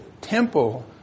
temple